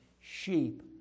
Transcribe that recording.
sheep